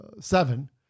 Seven